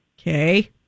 Okay